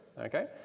Okay